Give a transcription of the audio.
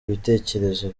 ibitekerezo